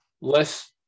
less –